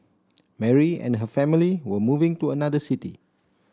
Mary and her family were moving to another city